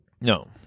no